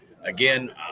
again